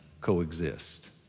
coexist